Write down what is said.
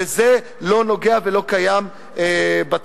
וזה לא נוגע ולא קיים בתוכנית.